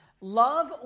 love